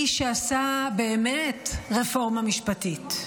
איש שעשה באמת רפורמה משפטית.